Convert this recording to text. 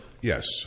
Yes